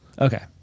Okay